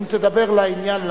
אם תדבר לעניין,